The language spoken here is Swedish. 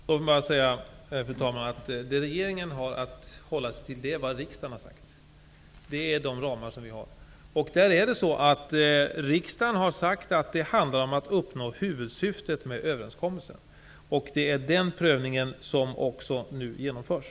Fru talman! Låt mig bara säga att regeringen har att hålla sig till vad riksdagen har sagt. Det är de ramar som vi har. Riksdagen har sagt att det handlar om att uppnå huvudsyftet med överenskommelsen. Det är den prövning som nu genomförs.